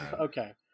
Okay